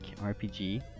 RPG